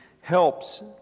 helps